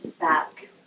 back